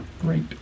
great